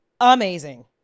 amazing